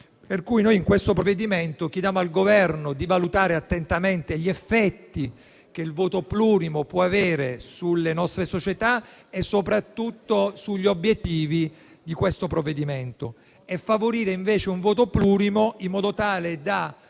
delle azioni. Con questo provvedimento chiediamo al Governo di valutare attentamente gli effetti che il voto plurimo può avere sulle nostre società e soprattutto sugli obiettivi del disegno di legge, favorendo invece un voto plurimo, in modo tale da